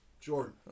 Jordan